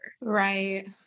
Right